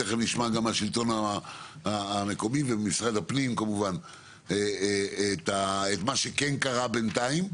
ותכף נשמע גם מהשלטון המקומי וממשרד הפנים כמובן את מה שכן קרה בינתיים.